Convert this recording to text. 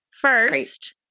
First